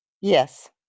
Yes